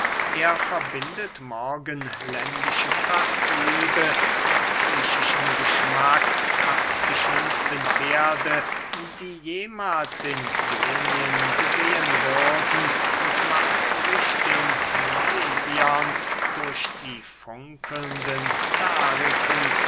er verbindet morgenländische prachtliebe mit griechischem geschmack hat die schönsten pferde die jemahls in ionien gesehen wurden und macht sich den milesiern durch die funkelnden dariken